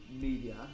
media